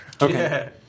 Okay